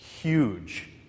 Huge